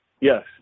Yes